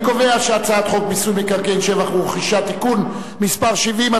אני קובע שהצעת חוק מיסוי מקרקעין (שבח ורכישה) (תיקון מס' 70),